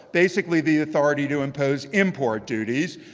basically the authority to impose import duties.